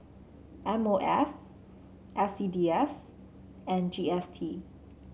M O F S C D F and G S T